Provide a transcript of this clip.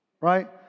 Right